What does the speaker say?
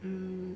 hmm